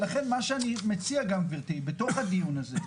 ולכן מה שאני מציע גם, גברתי, בתוך הדיון הזה,